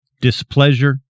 displeasure